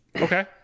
Okay